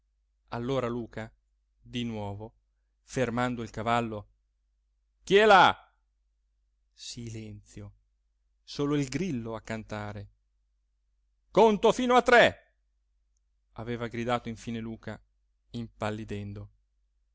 allora luca di nuovo fermando il cavallo chi è là silenzio solo il grillo a cantare conto fino a tre aveva gridato infine luca